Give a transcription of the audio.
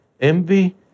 envy